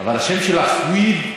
אבל השם שלך סויד?